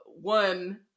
one